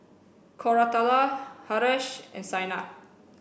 Koratala Haresh and Saina